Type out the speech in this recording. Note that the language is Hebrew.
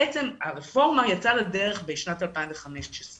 הרפורמה יצאה לדרך בשנת 2015,